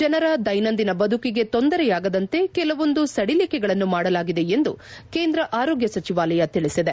ಜನರ ದೈನಂದಿನ ಬದುಕಿಗೆ ತೊಂದರೆಯಾಗದಂತೆ ಕೆಲವೊಂದು ಸಡಿಲಿಕೆಗಳನ್ನು ಮಾಡಲಾಗಿದೆ ಎಂದು ಕೇಂದ್ರ ಆರೋಗ್ಯ ಸಚಿವಾಲಯ ತಿಳಿಸಿದೆ